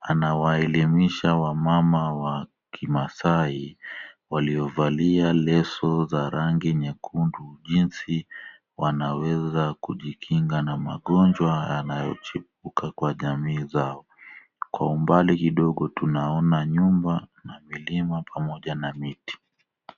anawaelemisha wamama wa kimaasai ,waliovalia leso za rangi nyekundu jinsi wanaweza kujikinga na magonjwa yanayo chipuka katika jamii zao , kwa umbali kidogo tunaona nyumba ,milima pamoja na miti .